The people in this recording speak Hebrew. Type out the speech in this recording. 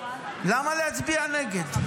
למה להצביע נגד?